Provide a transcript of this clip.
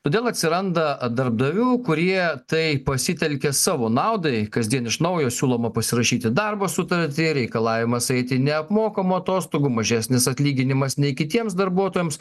todėl atsiranda darbdavių kurie tai pasitelkia savo naudai kasdien iš naujo siūloma pasirašyti darbo sutartį reikalavimas eiti neapmokamų atostogų mažesnis atlyginimas nei kitiems darbuotojams